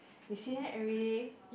you see them everyday